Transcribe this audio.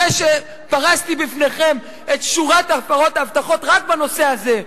אחרי שפרסתי בפניכם את שורת הפרות ההבטחות רק בנושא הזה?